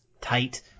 tight